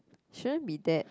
shouldn't be that